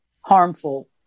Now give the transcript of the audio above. harmful